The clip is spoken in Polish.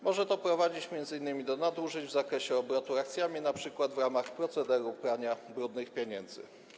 Może to prowadzić m.in. do nadużyć w zakresie obrotu akcjami, np. w ramach procederu prania brudnych pieniędzy.